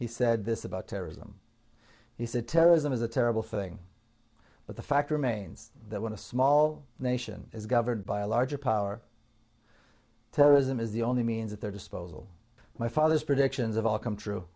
he said this about terrorism he said terrorism is a terrible thing but the fact remains that when a small nation is governed by a larger power terrorism is the only means at their disposal my father's predictions of all come t